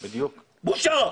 בושה.